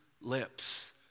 lips